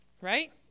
Right